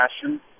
passion